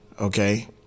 Okay